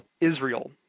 Israel